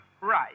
Right